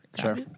Sure